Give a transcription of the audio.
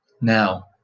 Now